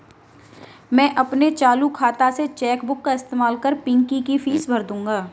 मैं अपने चालू खाता से चेक बुक का इस्तेमाल कर पिंकी की फीस भर दूंगा